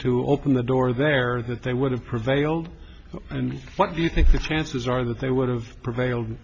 to open the door there that they would have prevailed and what do you think the chances are that they would have provided